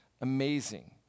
amazing